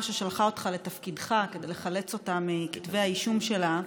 ששלחה אותך לתפקידך כדי לחלץ אותה מכתבי האישום שלה,